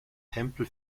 tempel